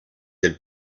elle